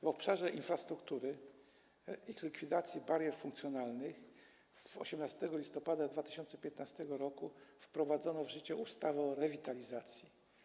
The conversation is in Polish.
W obszarze infrastruktury i likwidacji barier funkcjonalnych 18 listopada 2015 r. wprowadzono w życie ustawę o rewitalizacji.